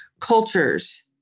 cultures